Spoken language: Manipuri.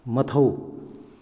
ꯃꯊꯧ